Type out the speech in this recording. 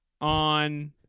on